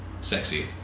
sexy